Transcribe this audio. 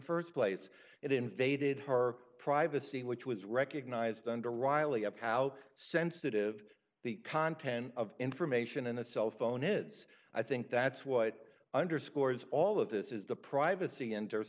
first place it invaded her privacy which was recognized under riley of how sensitive the content of information in a cell phone is i think that's what underscores all of this is the privacy interest